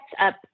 up